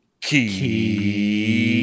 keep